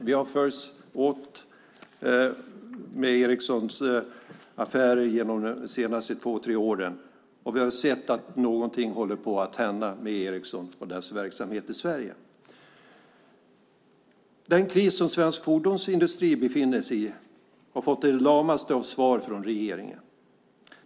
Vi har följt Ericssons affärer de senaste två tre åren, och vi har sett att någonting håller på att hända med Ericsson och dess verksamhet i Sverige. Den kris som svensk fordonsindustri befinner sig i har fått det lamaste av svar från regeringen.